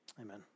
amen